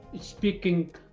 speaking